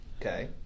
Okay